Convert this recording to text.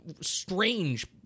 strange